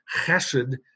chesed